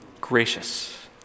gracious